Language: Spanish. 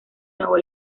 nuevo